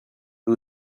who